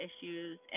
issues